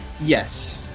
Yes